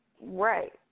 Right